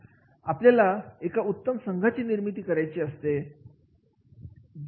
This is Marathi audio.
आपल्याला एका उत्तम संघाची निर्मिती करायचे असते